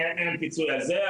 אין פיצוי על זה,